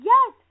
Yes